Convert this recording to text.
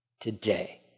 today